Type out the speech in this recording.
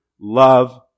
love